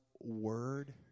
word